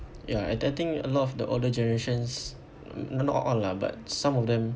ya I I think a lot of the older generations not all lah but some of them